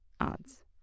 odds